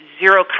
zero